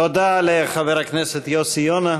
תודה לחבר הכנסת יוסי יונה.